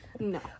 No